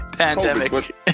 Pandemic